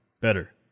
Better